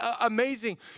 amazing